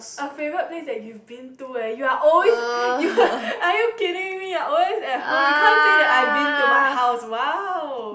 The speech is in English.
a favorite place you've been to leh you are always are you kidding me always at home you can't say that I been to my house !wow!